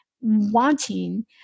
wanting